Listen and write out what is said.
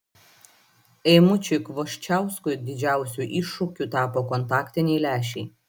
eimučiui kvoščiauskui didžiausiu iššūkiu tapo kontaktiniai lęšiai